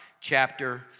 chapter